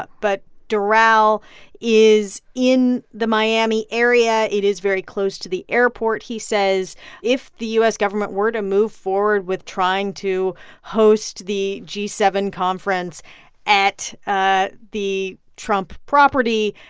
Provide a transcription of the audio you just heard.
ah but doral is in the miami area. it is very close to the airport. he says if the u s. government were to move forward with trying to host the g seven conference at ah the trump property,